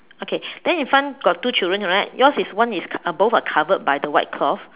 okay then in front got two children right yours is one is uh both are covered by the white cloth